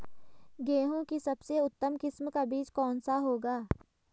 गेहूँ की सबसे उत्तम किस्म का बीज कौन सा होगा?